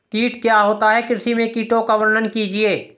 कीट क्या होता है कृषि में कीटों का वर्णन कीजिए?